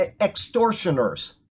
extortioners